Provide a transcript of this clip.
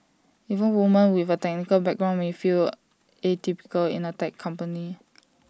even women with A technical background may feel atypical in A tech company